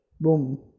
boom